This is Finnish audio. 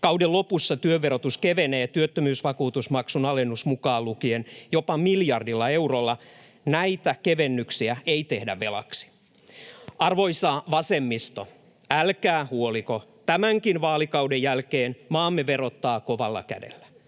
Kauden lopussa työn verotus kevenee työttömyysvakuutusmaksun alennus mukaan lukien jopa miljardilla eurolla. Näitä kevennyksiä ei tehdä velaksi. Arvoisa vasemmisto, älkää huoliko, tämänkin vaalikauden jälkeen maamme verottaa kovalla kädellä.